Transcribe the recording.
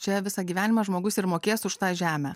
čia visą gyvenimą žmogus ir mokės už tą žemę